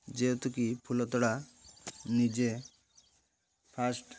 ଯେହେତୁକି ଫୁଲତୋଡ଼ା ନିଜେ ଫାଷ୍ଟ୍